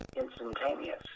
instantaneous